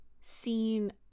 seen